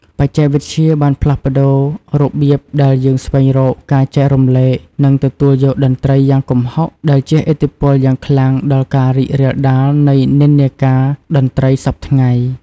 បច្ចេកវិទ្យាបានផ្លាស់ប្ដូររបៀបដែលយើងស្វែងរក ការចែករំលែក និងទទួលយកតន្ត្រីយ៉ាងគំហុក ដែលជះឥទ្ធិពលយ៉ាងខ្លាំងដល់ការរីករាលដាលនៃនិន្នាការតន្ត្រីសព្វថ្ងៃ។